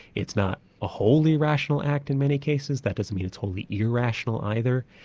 it's not a wholly rational act in many cases, that doesn't mean it's wholly irrational either.